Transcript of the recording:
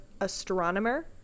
astronomer